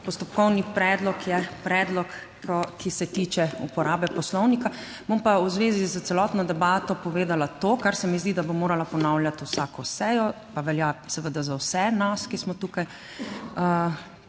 Postopkovni predlog je predlog, ki se tiče uporabe Poslovnika, bom pa v zvezi s celotno debato povedala to, kar se mi zdi, da bom morala ponavljati vsako sejo. pa velja seveda za vse nas, ki smo tukaj;